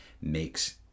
makes